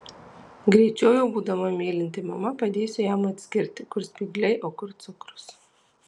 greičiau jau būdama mylinti mama padėsiu jam atskirti kur spygliai o kur cukrus